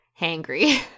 hangry